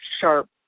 sharp